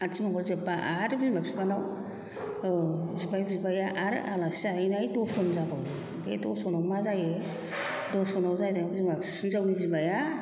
आथिमंगल जोब्बा आरो बिमा बिफानाव बिबाय बिबाया आरो आलासि जाहैनाय दर्सन जाबावो बे दरसनाव मा जायो दरसनाव जायना हिन्जावनि बिमाया